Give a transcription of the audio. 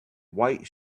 white